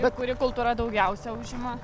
bet kuri kultūra daugiausia užima